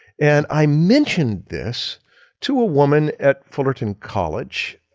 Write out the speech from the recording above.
and i mentioned this to a woman at fullerton college,